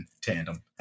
tandem